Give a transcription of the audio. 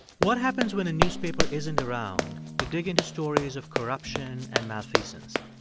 what happens when a newspaper isn't around to dig into stories of corruption and malfeasance?